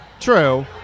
True